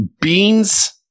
Beans